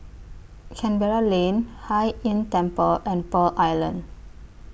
Canberra Lane Hai Inn Temple and Pearl Island